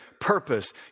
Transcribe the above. purpose